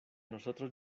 nosotros